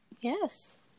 Yes